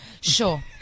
Sure